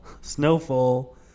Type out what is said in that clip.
Snowfall